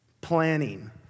Planning